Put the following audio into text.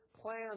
plans